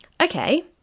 okay